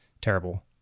terrible